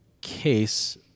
case